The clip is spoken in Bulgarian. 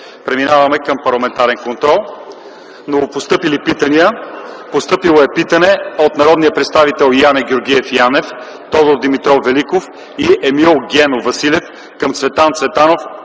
Преминаваме към парламентарен контрол. Новопостъпили питания. Постъпило е питане от народния представител Яне Георгиев Янев, Тодор Димитров Великов и Емил Генов Василев към Цветан Цветанов